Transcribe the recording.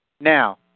Now